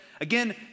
Again